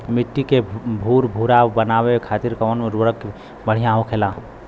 मिट्टी के भूरभूरा बनावे खातिर कवन उर्वरक भड़िया होखेला?